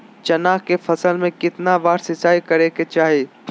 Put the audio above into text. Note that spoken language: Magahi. चना के फसल में कितना बार सिंचाई करें के चाहि?